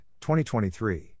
2023